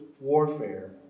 warfare